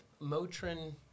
Motrin